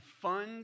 fund